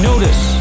Notice